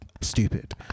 stupid